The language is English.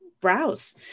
browse